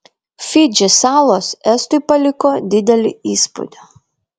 fidži salos estui paliko didelį įspūdį